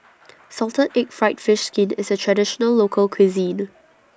Salted Egg Fried Fish Skin IS A Traditional Local Cuisine